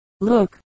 Look